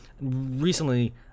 recently